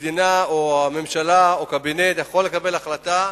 המדינה, הממשלה או הקבינט יכולים לקבל החלטה,